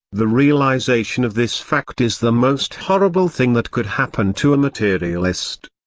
the realization of this fact is the most horrible thing that could happen to a materialist.